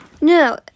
No